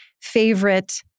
favorite